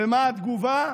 ומה התגובה?